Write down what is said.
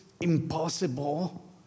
impossible